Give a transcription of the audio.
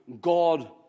God